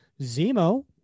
Zemo